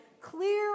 clear